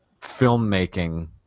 filmmaking